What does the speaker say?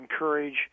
encourage